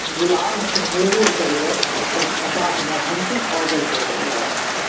गुलाब्स नेबो शरबतके हटा हमर अन्तिम ऑडरके दोहराउ